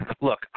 Look